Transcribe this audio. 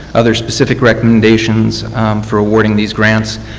other specific recommendations for awarding these grants,